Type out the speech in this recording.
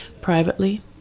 privately